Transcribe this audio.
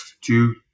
two